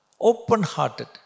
Open-hearted